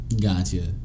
Gotcha